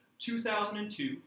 2002